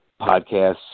podcasts